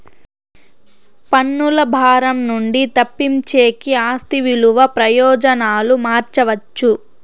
పన్నుల భారం నుండి తప్పించేకి ఆస్తి విలువ ప్రయోజనాలు మార్చవచ్చు